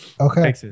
Okay